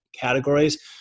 categories